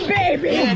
baby